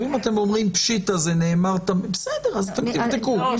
אם אתם אומרים פשיטא, זה נאמר תמיד, בסדר, תבדקו.